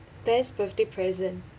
best birthday present